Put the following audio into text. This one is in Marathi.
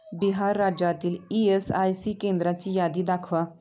बिहार राज्यातील ई एस आय सी केंद्राची यादी दाखवा